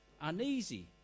uneasy